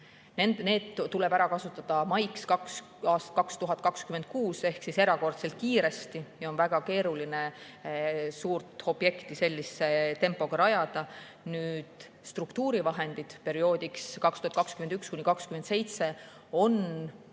tuleb ära kasutada maiks 2026 ehk siis erakordselt kiiresti ja on väga keeruline suurt objekti sellise tempoga rajada. Nüüd, struktuurivahendid perioodiks 2021–2027 on täies